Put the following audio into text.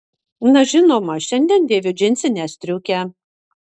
na žinoma šiandien dėviu džinsinę striukę